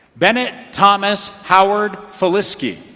bennett thomas howard falisky